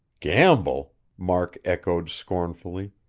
gamble? mark echoed scornfully.